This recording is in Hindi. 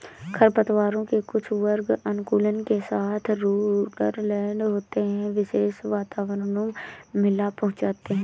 खरपतवारों के कुछ वर्ग अनुकूलन के साथ रूडरल होते है, विशेष वातावरणों में लाभ पहुंचाते हैं